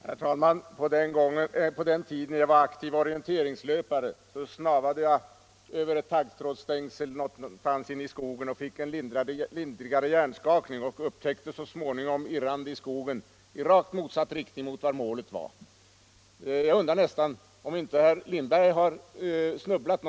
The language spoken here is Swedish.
Herr talman! På den tiden jag var aktiv orienteringslöpare snavade jag en gång över ett taggtrådsstängsel och fick en lindrig hjärnskakning. Jag upptäcktes så småningom irrande i skogen i rakt motsatt riktning mot målet. Jag undrar om inte herr Lindberg också har snubblat.